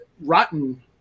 rotten